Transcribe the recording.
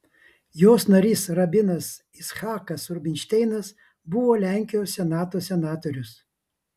jos narys rabinas icchakas rubinšteinas buvo lenkijos senato senatorius